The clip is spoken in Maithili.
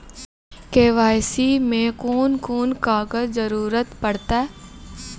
के.वाई.सी मे कून कून कागजक जरूरत परतै?